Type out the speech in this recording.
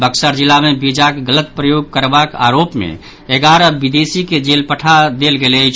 बक्सर जिला मे वीजाक गलत प्रयोग करबाक आरोप मे एगारह विदेशी के जेल पठा देल गेल अछि